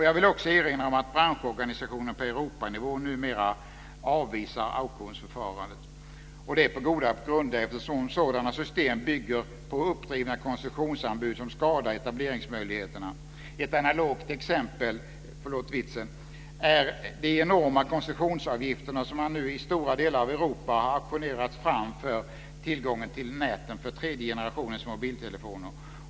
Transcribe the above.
Jag vill också erinra om att branschorganisationen på Europanivå numera avvisar auktionsförfarandet - och det på goda grunder eftersom sådana system bygger på uppdrivna koncessionsanbud som skadar etableringsmöjligheterna. Ett analogt exempel - förlåt vitsen! - är de enorma koncessionsavgifter som man nu i stora delar av övriga Europa har auktionerat fram för tillgången till näten för tredje generationens mobiltelefoner.